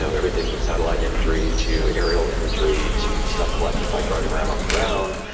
so everything from satellite imagery to aerial imagery, to stuff collected by driving around on the ground,